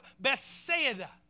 Bethsaida